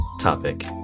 topic